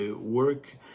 work